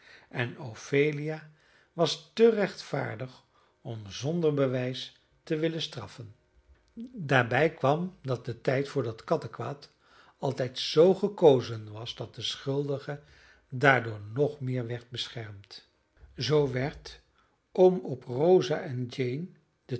en ophelia was te rechtvaardig om zonder bewijs te willen straffen daarbij kwam dat de tijd voor dat kattekwaad altijd zoo gekozen was dat de schuldige daardoor nog meer werd beschermd zoo werd om op rosa en jane